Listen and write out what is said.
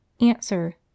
Answer